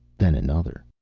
then another.